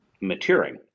maturing